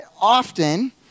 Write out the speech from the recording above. often